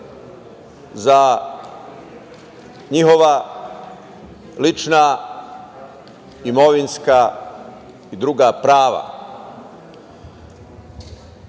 za njihova lična, imovinska i druga